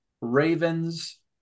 Ravens